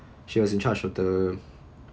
she was in charge of the